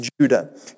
Judah